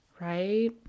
right